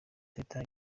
teta